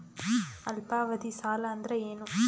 ಅಲ್ಪಾವಧಿ ಸಾಲ ಅಂದ್ರ ಏನು?